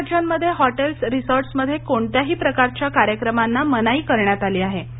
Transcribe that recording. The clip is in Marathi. अनेक राज्यांमध्ये हॉटेल्स रिसोर्टसमध्ये कोणत्याही प्रकारच्या कार्यक्रमांना मनाई करण्यात आली आहे